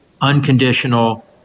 unconditional